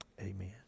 Amen